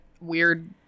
weird